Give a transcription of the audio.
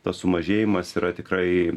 tas sumažėjimas yra tikrai